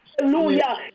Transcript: Hallelujah